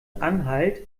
anhalt